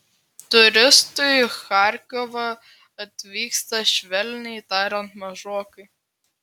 turistų į charkovą atvyksta švelniai tariant mažokai